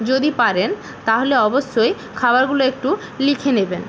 যদি পারেন তাহলে অবশ্যই খাবারগুলো একটু লিখে নেবেন